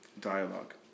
dialogue